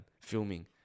filming